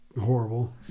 horrible